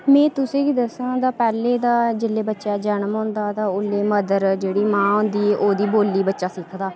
में तुसेंगी दस्सां ते पैह्लें तां जेल्लै बच्चे दा जन्म होंदा ते ओल्लै जेह्ड़ी मदर मां होंदी ओह्दी बोल्ली बच्चा सिखदा